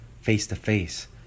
face-to-face